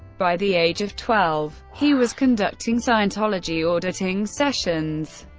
by the age of twelve, he was conducting scientology auditing sessions.